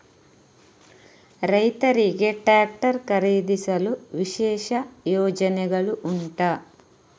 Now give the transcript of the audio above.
ರೈತರಿಗೆ ಟ್ರಾಕ್ಟರ್ ಖರೀದಿಸಲು ವಿಶೇಷ ಯೋಜನೆಗಳು ಉಂಟಾ?